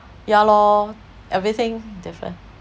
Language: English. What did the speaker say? ya lor everything different